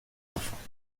enfants